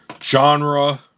genre